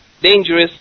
dangerous